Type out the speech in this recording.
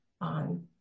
on